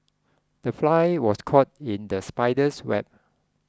the fly was caught in the spider's web